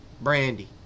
Brandy